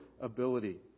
ability